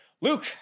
Luke